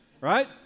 right